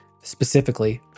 specifically